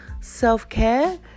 self-care